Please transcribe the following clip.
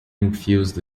infused